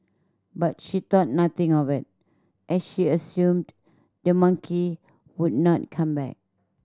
but she thought nothing of it as she assumed the monkey would not come back